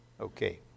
Okay